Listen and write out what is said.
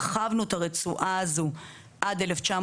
הרחבנו את הרצועה הזו עד 1990